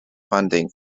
funding